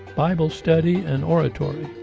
bible study, and oratory.